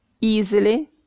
Easily